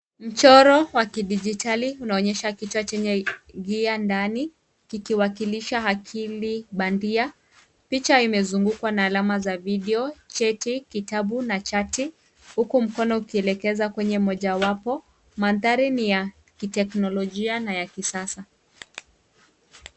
Mchoro wa kidijitali unaonyesha kichwa chenye gia ndani, kikiwakilisha akili bandia. Picha imezungukwa na alama za video, cheti, kitabu na chati huku mkono ukielekeza kwenye mojawapo. Mandhari ni ya teknolojia na ya kisasa.